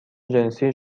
جنسی